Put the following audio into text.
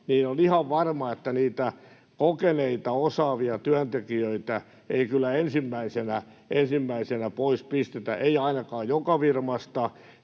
niin on ihan varma, että niitä kokeneita, osaavia työntekijöitä ei kyllä ensimmäisenä pois pistetä, ei ainakaan joka firmasta.